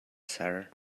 ser